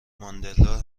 ماندلا